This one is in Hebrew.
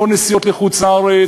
לא נסיעות לחוץ-לארץ,